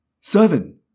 Seven